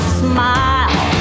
smile